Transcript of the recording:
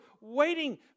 waiting